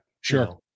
sure